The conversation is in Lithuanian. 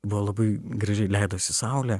buvo labai gražiai leidosi saulė